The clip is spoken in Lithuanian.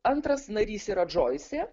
antras narys yra džoisė